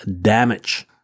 damage